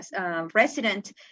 resident